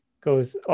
goes